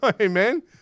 Amen